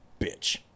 bitch